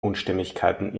unstimmigkeiten